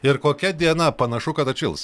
ir kokia diena panašu kad atšils